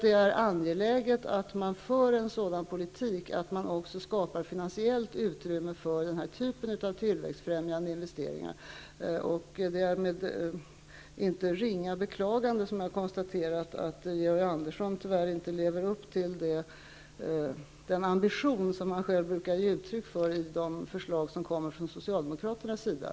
Det är angeläget att man för en sådan politik att man skapar finansiellt utrymme för den här typen av tillväxtfrämjande investeringar. Det är med ett icke ringa beklagande som jag har konstaterat att Georg Andersson tyvärr inte lever upp till den ambition som han själv brukar ge uttryck för i de förslag som kommer från Socialdemokraternas sida.